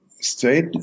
Straight